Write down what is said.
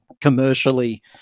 commercially